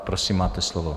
Prosím, máte slovo.